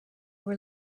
were